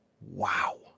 Wow